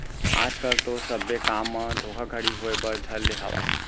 आज कल तो सब्बे काम म धोखाघड़ी होय बर धर ले हावय